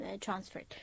transferred